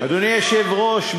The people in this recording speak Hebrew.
אדוני היושב-ראש,